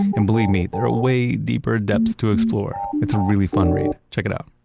and believe me, there are way deeper depths to explore. it's a really fun read. check it out.